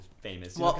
famous